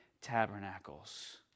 tabernacles